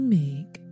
make